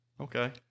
okay